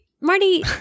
Marty